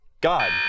God